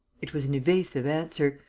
it was an evasive answer.